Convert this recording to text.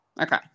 Okay